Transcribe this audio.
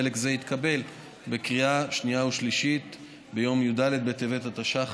חלק זה התקבל בקריאה השנייה ושלישית ביום י"ד בטבת התשע"ח,